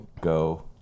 go